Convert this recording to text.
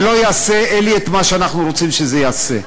זה לא יעשה את מה שאנחנו רוצים שזה יעשה.